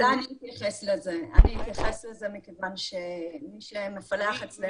אולי אני אתייחס לזה מכיוון שמי שמפלח אצלנו